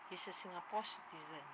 he's a singapore citizen